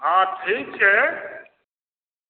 हँ ठीक छै